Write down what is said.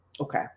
okay